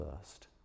first